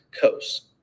Coast